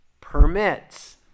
permits